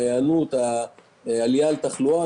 ההיענות והעלייה על התחלואה,